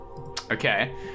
Okay